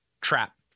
trap